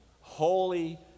Holy